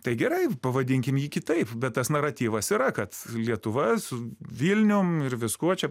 tai gerai pavadinkim jį kitaip bet tas naratyvas yra kad lietuva su vilnium ir viskuo čia